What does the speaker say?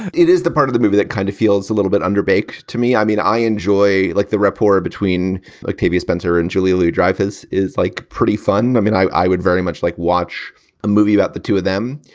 it is the part of the movie that kind of feels a little bit under baok to me. i mean, i enjoy like the reporter between octavia spencer and julia louis-dreyfus is like pretty fun. i mean, i i would very much like watch a movie about the two of them.